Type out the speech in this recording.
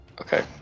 okay